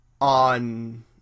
on